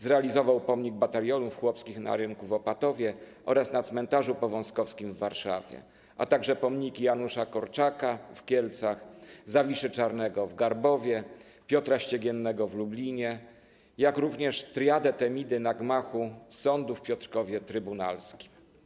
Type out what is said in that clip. Zrealizował pomnik Batalionów Chłopskich na rynku w Opatowie oraz na cmentarzu Powązkowskim w Warszawie, a także pomniki Janusza Korczaka w Kielcach, Zawiszy Czarnego w Garbowie, Piotra Ściegiennego w Lublinie, jak również triadę Temidy na gmachu sądu w Piotrkowie Trybunalskim.